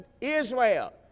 Israel